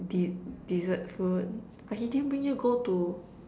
De~ dessert food but he didn't bring you go to